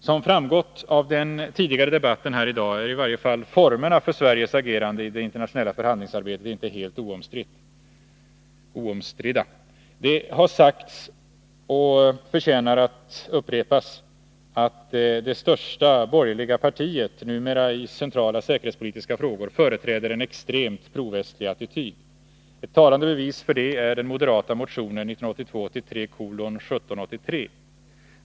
Såsom framgått av den tidigare debatten här i dag är i varje fall formerna för Sveriges agerande i det internationella förhandlingsarbetet inte helt oomstridda. Det har sagts och det förtjänar att upprepas att det största borgerliga partiet i centrala säkerhetspolitiska frågor numera företräder en extrem provästlig attityd. Ett talande bevis för det är den moderata motionen 1982/83:1783.